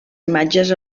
imatges